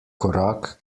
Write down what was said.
korak